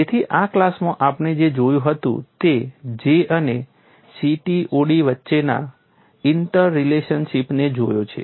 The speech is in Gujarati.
તેથી આ ક્લાસમાં આપણે જે જોયું હતું તે J અને CTOD વચ્ચેના ઇન્ટરલેશનશીપને જોયો છે